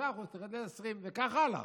35% תרד ל-20%, וכך הלאה.